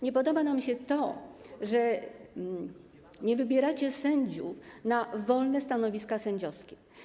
Nie podoba nam się to, że nie wybieracie sędziów na wolne stanowiska sędziowskie.